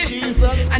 Jesus